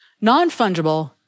Non-fungible